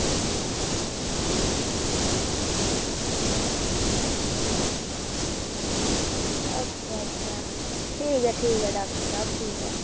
अच्छा अच्छा ठीक ऐ डॉक्टर साहब ठीक ऐ